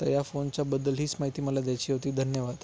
तर या फोनच्याबद्दल हीच माहिती मला द्यायची होती धन्यवाद